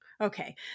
Okay